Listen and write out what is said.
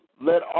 let